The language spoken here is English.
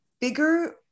bigger